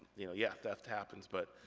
you know yeah, theft happens, but